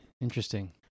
Interesting